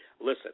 listen